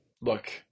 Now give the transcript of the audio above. Look